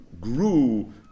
grew